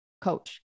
coach